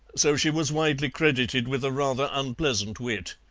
so she was widely credited with a rather unpleasant wit.